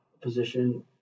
position